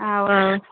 اَوا